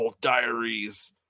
Diaries